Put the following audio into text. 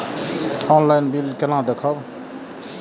Online bill केना देखब?